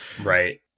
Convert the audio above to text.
Right